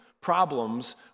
problems